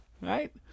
right